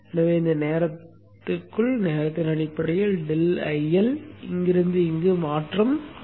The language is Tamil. எனவே இந்த நேரத்திற்குள் நேரத்தின் அடிப்படையில் ∆IL இங்கிருந்து இங்கு மாற்றம் உள்ளது